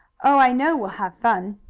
oh, i know we'll have fun.